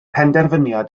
penderfyniad